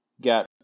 Got